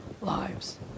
lives